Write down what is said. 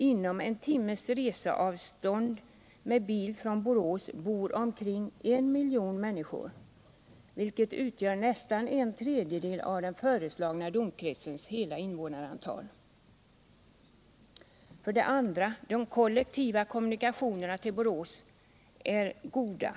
Inom en timmes reseavstånd med bil från Borås bor omkring en miljon människor, vilket utgör nästan en tredjedel av den föreslagna domkretsens hela invånarantal. De kollektiva kommunikationerna till Borås är goda.